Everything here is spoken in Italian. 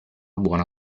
buona